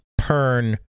Pern